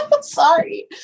sorry